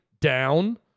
down